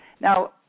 Now